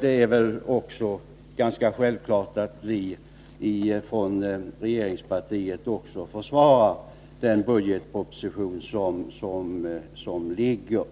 Det är också ganska självklart att vi från regeringspartiets sida också försvarar den budgetproposition som ligger.